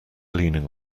leaning